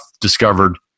discovered